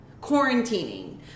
quarantining